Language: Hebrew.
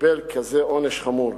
שקיבל כזה עונש חמור.